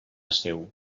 seu